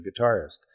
guitarist